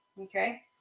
Okay